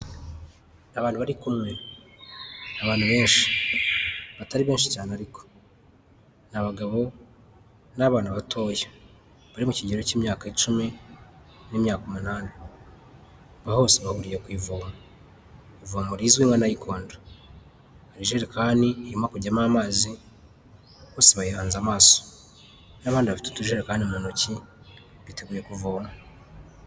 Abantu bari kumwe abantu benshi batari benshi cyane ariko, ni abagabo n'abana batoya bari mu kigero cy'imyaka icumi n'imyaka umunani, bose bahuriye ku ivomo, ivomo rizwi nka nayikondo, hari ijerekani irimo kujyamo amazi bose bayihanze amaso n'abandi bafitete utujerekani mu ntoki biteguye kuvoma.